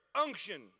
unction